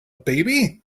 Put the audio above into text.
baby